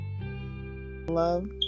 Love